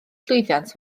llwyddiant